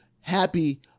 happy